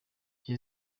jay